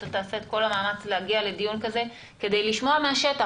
שאתה תעשה את כל המאמץ להגיע לדיון כזה כדי לשמוע מהשטח.